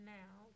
now